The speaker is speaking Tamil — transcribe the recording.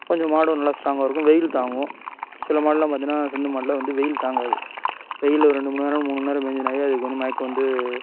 கொஞ்சம் மாடும் நல்லா ஸ்ட்ராங்காக இருக்கும் வெயில் தாங்கும் சில மாடுலாம் பார்த்தோன்னா சிந்து மாடுலாம் வந்து வெயில் தாங்காது வெயிலில் ஒரு ரெண்டு மண்நேரம் மூணு மண்நேரம் மேஞ்சிதுனாவே அதுக்கு வந்து மயக்கம் வந்து